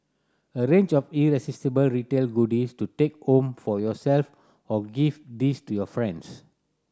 a range of irresistible retail goodies to take home for yourself or gift these to your friends